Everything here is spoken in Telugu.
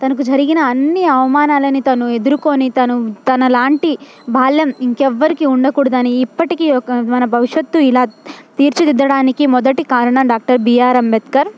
తనకు జరిగిన అన్ని అవమానాలని తను ఎదురుకొని తను తనలాంటి బాల్యం ఇంకెవ్వరికి ఉండకూడదని ఇప్పటికీ ఒక మన భవిష్యత్తు ఇలా తీర్చిదిద్దడానికి మొదటి కారణం డాక్టర్ బిఆర్ అంబేద్కర్